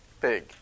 Big